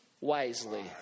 wisely